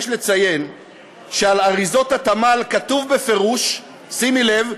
יש לציין שעל אריזות התמ"ל כתוב בפירוש, שימי לב: